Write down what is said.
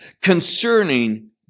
concerning